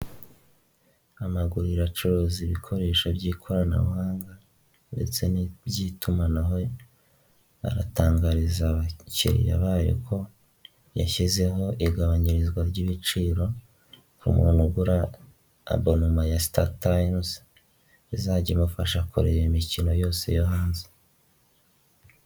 Amaguriro acuruza ibikoresho by'ikoranabuhanga, ndetse n'iby'itumanaho aratangariza abakiliya ba ko yashyizeho igabanyirizwa ry'ibiciro ku muntu ugura abonoma ya Startimes izajya ibafasha kureba mikino yose yo hanze.